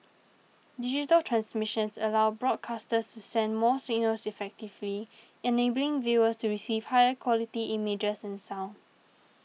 digital transmissions allow broadcasters to send more signals efficiently enabling viewers to receive higher quality images and sound